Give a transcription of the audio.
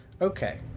Okay